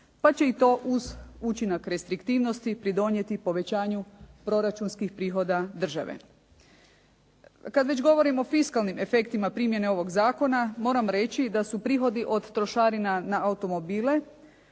pa će i to uz učinak restriktivnosti pridonijeti povećanju proračunskih prihoda države. Kad već govorim o fiskalnim efektima primjene ovog zakona, moram reći da su prihodi od trošarina na automobile